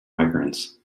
migrants